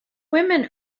women